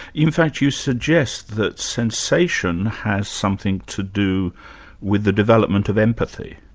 in fact you suggest that sensation has something to do with the development of empathy?